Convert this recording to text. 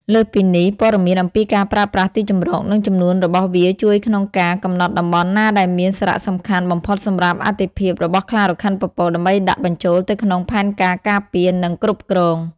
លើសពីនេះ ព័ត៌មានអំពីការប្រើប្រាស់ទីជម្រក និងចំនួនរបស់វាជួយក្នុងការ កំណត់តំបន់ណាដែលមានសារៈសំខាន់បំផុតសម្រាប់អត្ថិភាពរបស់ខ្លារខិនពពក ដើម្បីដាក់បញ្ចូលទៅក្នុងផែនការការពារ និងគ្រប់គ្រង។